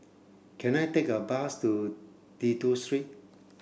can I take a bus to Dido Street